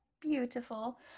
beautiful